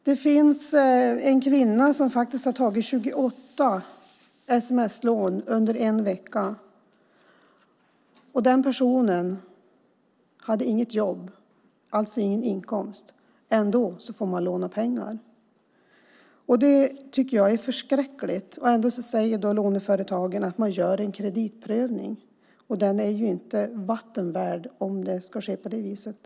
Det finns en kvinna som faktiskt har tagit 28 sms-lån under en vecka. Hon hade inget jobb och alltså ingen inkomst, ändå fick hon låna pengar. Jag tycker att det är förskräckligt. Ändå säger låneföretagen att man gör en kreditprövning. Den är ju inte vatten värd om den sker på det viset.